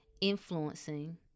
Influencing